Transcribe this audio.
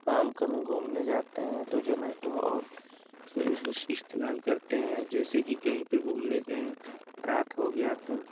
हम कनो घूमने जाते हैं तो जोमेटो और स्वीग्गी से इस इस्तेमाल करते हैं जैसे कि कहीं पर घूमने गए रात हो गया तो